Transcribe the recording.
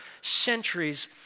centuries